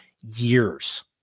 years